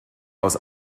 aus